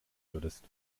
würdest